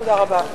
תודה רבה.